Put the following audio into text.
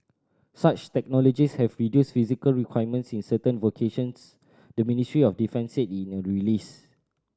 such technologies have reduced physical requirements in certain vocations the Ministry of Defence said in a release